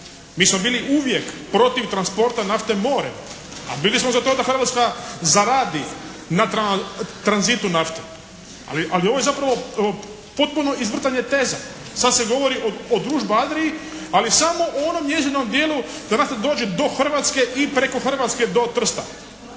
Mi smo bili uvijek protiv transporta nafte morem, a bili smo za to da Hrvatska zaradi na tranzitu nafte, ali ovo je zapravo potpuno izvrtanje teza. Sad se govori o "Družba Adriji", ali samo u onom njezinom dijelu da nafta dođe do Hrvatske i preko Hrvatske do Trsta.